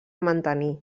mantenir